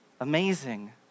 Amazing